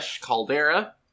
Caldera